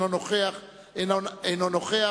אינו נוכח,